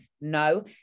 no